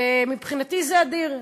ומבחינתי זה אדיר.